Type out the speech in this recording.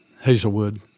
Hazelwood